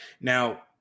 now